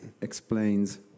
explains